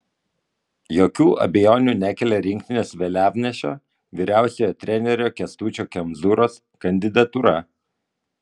jokių abejonių nekelia rinktinės vėliavnešio vyriausiojo trenerio kęstučio kemzūros kandidatūra